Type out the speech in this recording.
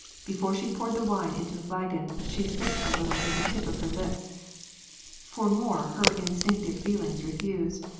before she poured the wine into the flagon, she sipped a little with the tip of her lips for more her in stinctive feelings refused.